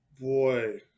Boy